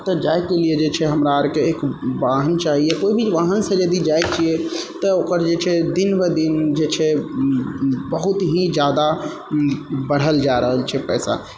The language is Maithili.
ओतऽ जाइके लियऽ जे छै हमरा आरके एक बाहन चाहिए कोइ भी बाहनसँ यदि जाइ छियै तऽ ओकर जे छै दिन बऽ दिन जे छै बहुत ही जादा बढ़ल जाइ रहल छै पैसा